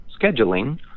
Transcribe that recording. scheduling